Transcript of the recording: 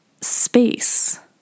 space